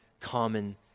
common